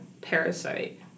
Parasite